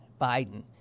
Biden